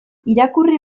irakurri